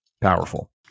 powerful